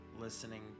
listening